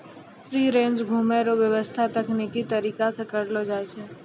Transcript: free range घुमै रो व्याबस्था तकनिकी तरीका से करलो जाय छै